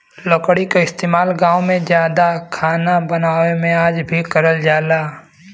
लकड़ी क इस्तेमाल गांव में जादा खाना बनावे में आज भी करल जाला